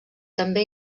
també